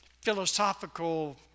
Philosophical